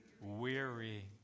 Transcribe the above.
Weary